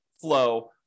flow